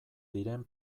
diren